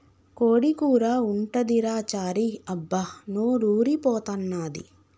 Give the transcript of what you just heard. కోడి కూర ఉంటదిరా చారీ అబ్బా నోరూరి పోతన్నాది